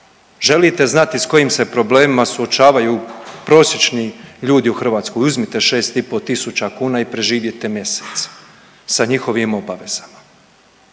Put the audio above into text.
želite znati s kojim se problemima suočavaju prosječni ljudi u Hrvatskoj, uzmite 6,5 tisuća kuna i preživite mjesec sa njihovim obavezama,